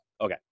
Okay